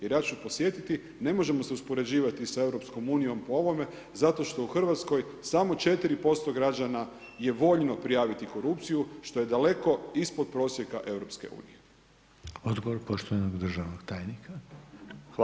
Jer ja ću podsjetiti, ne možemo se uspoređivati sa EU po ovome, zato što u Hrvatskoj, samo 4% građana je voljno prijaviti korupciju, što je daleko ispod prosjeka EU.